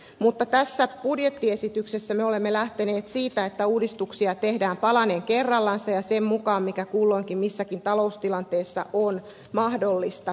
mutta tässä budjettiesityksessä me olemme lähteneet siitä että uudistuksia tehdään palanen kerrallansa ja sen mukaan mikä kulloisessakin taloustilanteessa on mahdollista